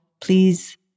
please